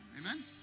Amen